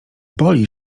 boli